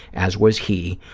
as was he,